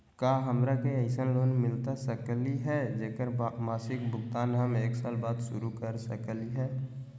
का हमरा के ऐसन लोन मिलता सकली है, जेकर मासिक भुगतान हम एक साल बाद शुरू कर सकली हई?